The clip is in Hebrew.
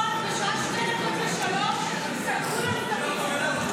אתמול בשעה 14:58 סגרו לנו את המיקרופון,